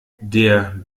der